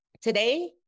Today